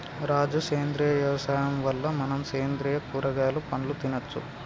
రాజు సేంద్రియ యవసాయం వల్ల మనం సేంద్రియ కూరగాయలు పండ్లు తినచ్చు